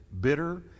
bitter